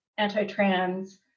Anti-trans